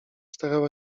starała